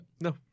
No